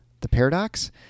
theparadox